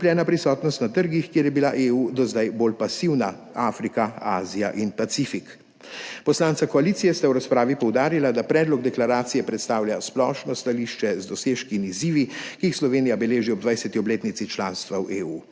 na trgih, kjer je bila EU do zdaj bolj pasivna – Afrika, Azija in Pacifik. Poslanca koalicije sta v razpravi poudarila, da predlog deklaracije predstavlja splošno stališče z dosežki in izzivi, ki jih Slovenija beleži ob 20. obletnici članstva v EU.